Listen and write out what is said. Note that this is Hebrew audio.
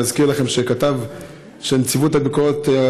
אני אזכיר לכם שנציבות הביקורת,